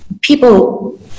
people